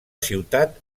ciutat